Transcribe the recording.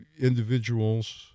individuals